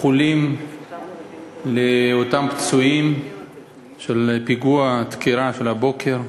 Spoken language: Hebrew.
איחולים לפצועים בפיגוע הדקירה של הבוקר.